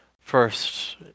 first